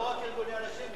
לא רק ארגוני הנשים,